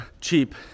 cheap